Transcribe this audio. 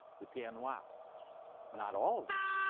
the pieds-noirs not all of them,